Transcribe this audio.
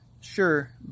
sure